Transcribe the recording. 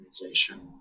organization